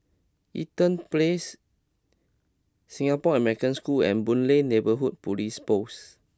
Eaton Place Singapore American School and Boon Lay Neighbourhood Police Post